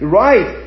right